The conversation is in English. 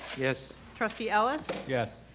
yes. trustee ellis? yes.